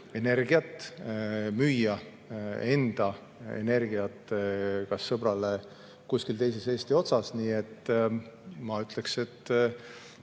energiat, müüa enda energiat kas või sõbrale kuskil teises Eesti otsas. Ma ütleks, et